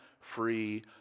free